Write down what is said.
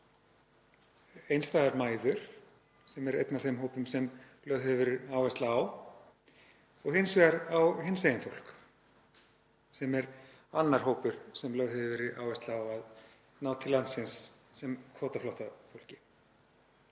einstæðar mæður, sem eru einn af þeim hópum sem lögð hefur verið áhersla á, og hins vegar á hinsegin fólk, sem er annar hópur sem lögð hefur verið áhersla á að ná til landsins sem kvótaflóttafólki.